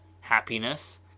happiness